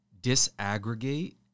disaggregate